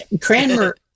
Cranmer